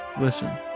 Listen